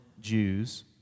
Jews